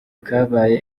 kabaye